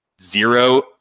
zero